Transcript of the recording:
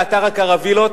לאתר הקרווילות,